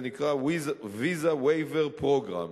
וזה נקרא Visa Waiver Program,